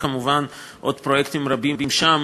כמובן, עוד פרויקטים רבים שם